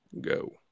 go